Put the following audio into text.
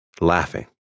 laughing